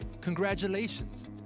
congratulations